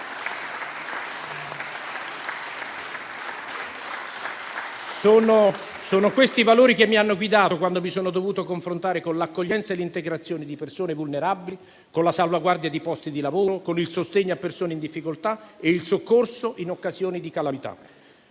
Sono questi i valori che mi hanno guidato, quando mi sono dovuto confrontare con l'accoglienza e l'integrazione di persone vulnerabili, con la salvaguardia di posti di lavoro, con il sostegno a persone in difficoltà e il soccorso in occasione di calamità.